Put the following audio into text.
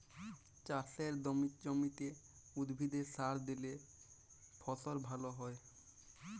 চাসের জমিতে উদ্ভিদে সার দিলে ফসল ভাল হ্য়য়ক